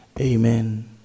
Amen